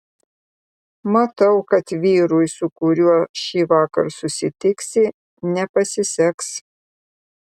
matau kad vyrui su kuriuo šįvakar susitiksi nepasiseks